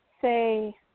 say